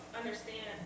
understand